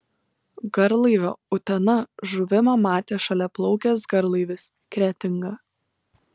garlaivio utena žuvimą matė šalia plaukęs garlaivis kretinga